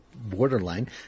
borderline